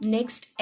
Next